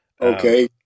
Okay